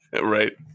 Right